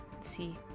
see